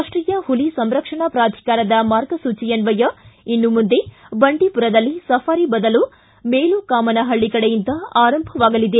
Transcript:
ರಾಷ್ಷೀಯ ಪುಲಿ ಸಂರಕ್ಷಣಾ ಪ್ರಾಧಿಕಾರದ ಮಾರ್ಗಸೂಚಿಯನ್ನಯ ಇನ್ನು ಮುಂದೆ ಬಂಡೀಪುರದಲ್ಲಿ ಸಫಾರಿ ಬದಲು ಮೇಲುಕಾಮನ ಪಳ್ಳಿ ಕಡೆಯಿಂದ ಆರಂಭವಾಗಿದೆ